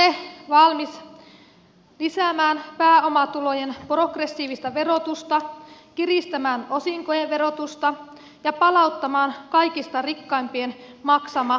olisitteko te valmis lisäämään pääomatulojen progressiivista verotusta kiristämään osinkojen verotusta ja palauttamaan kaikista rikkaimpien maksaman varallisuusveron